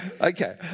Okay